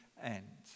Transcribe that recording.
end